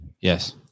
Yes